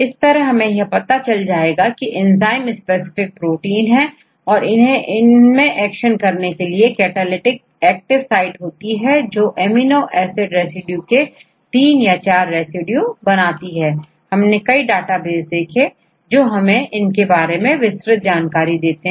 इस तरह विशेष प्रोटीन उसकी catalytic active site reaction catalytic site residue आदि के बारे में अलग अलग डेटाबेस से जाना जा सकता है